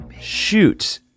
Shoot